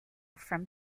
from